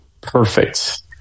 perfect